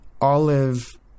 Olive